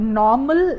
normal